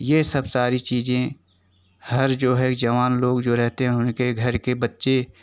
यह सब सारी चीजें हर जो है जवान लोग जो रहते हैं उनके घर के बच्चे